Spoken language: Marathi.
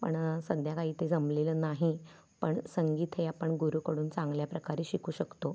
पण सध्या काही ते जमलेलं नाही पण संगीत हे आपण गुरूकडून चांगल्या प्रकारे शिकू शकतो